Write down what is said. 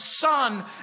son